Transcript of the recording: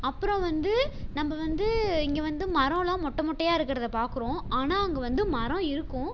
அப்புறம் வந்து நம்ம வந்து இங்கே வந்து மரல்லாம் மொட்டை மொட்டையாக இருக்கிறத பார்க்குறோம் ஆனால் அங்கே வந்து மரம் இருக்கும்